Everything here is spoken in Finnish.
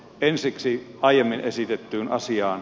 ensiksi aiemmin esitettyyn asiaan